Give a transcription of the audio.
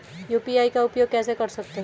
UPI का उपयोग कैसे कर सकते हैं?